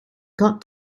got